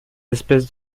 espèces